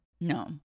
No